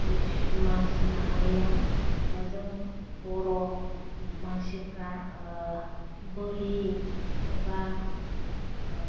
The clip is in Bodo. मेच मानसि माहारिया जों बर' मानसिफ्रा ओह बोलि एबा ओह